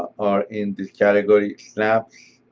are in this category, snaps.